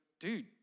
dude